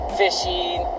fishing